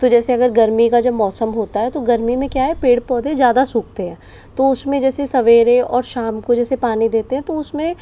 तो जैसे अगर गर्मी का जब मौसम होता है तो गर्मी में क्या है पेड़ पौधे ज्यादा सूखते हैं तो उसमें जैसे सवेरे और शाम को जैसे पानी देते है तो उसमें